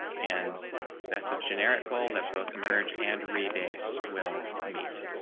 and that's a generic goal that both merge and re base will meet